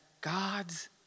God's